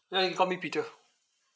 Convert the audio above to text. ya you can call me peter